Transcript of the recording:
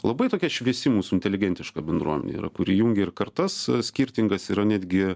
labai tokia šviesi mūsų inteligentiška bendruomenė yra kuri jungia ir kartas skirtingas netgi